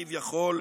כביכול,